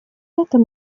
этом